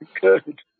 Good